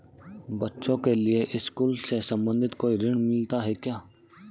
बच्चों के लिए स्कूल से संबंधित कोई ऋण मिलता है क्या?